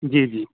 जी जी